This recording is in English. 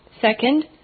Second